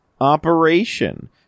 Operation